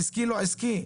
עסקי או לא עסקי,